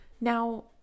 Now